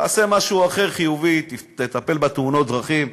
תעשה משהו חיובי אחר: תטפל בתאונות הדרכים,